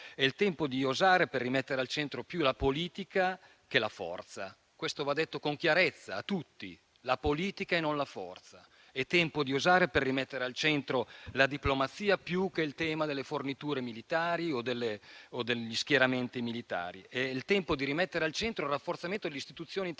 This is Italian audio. È il tempo di osare per rimettere al centro più la politica, che la forza. Va detto con chiarezza a tutti: la politica e non la forza. È tempo di osare per rimettere al centro la diplomazia, più che il tema delle forniture o degli schieramenti militari. È il tempo di rimettere al centro il rafforzamento delle istituzioni internazionali.